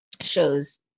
shows